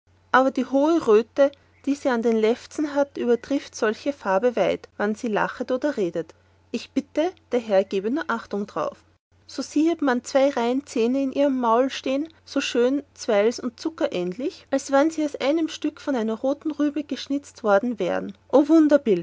aber die hohe röte die sie an den lefzen hat übertrifft solche farbe weit und wann sie lachet oder redet ich bitte der herr gebe nur achtung darauf so siehet man zwei reihen zähne in ihrem maul stehen so schön zeilweis und zuckerähnlich als wann sie aus einem stück von einer weißen rübe geschnitzelt wären